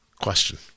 question